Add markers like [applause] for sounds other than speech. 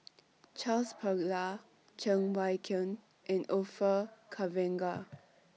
[noise] Charles Paglar Cheng Wai Keung and Orfeur Cavenagh